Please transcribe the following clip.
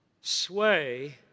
sway